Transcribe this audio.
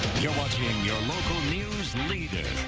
you're watching your local news leader.